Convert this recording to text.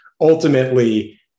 ultimately